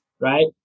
right